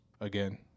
again